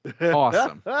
Awesome